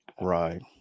right